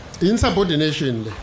Insubordination